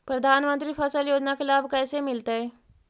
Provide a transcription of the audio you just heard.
प्रधानमंत्री फसल योजना के लाभ कैसे मिलतै?